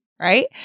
right